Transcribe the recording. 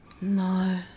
no